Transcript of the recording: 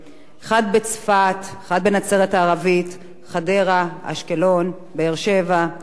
בצפת, בנצרת הערבית, חדרה, אשקלון, באר-שבע והשאר.